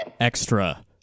Extra